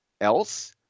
else